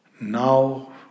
Now